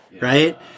right